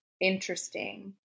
interesting